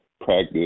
practice